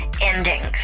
endings